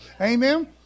Amen